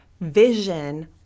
vision